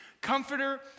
Comforter